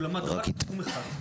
הוא למד רק תחום אחד.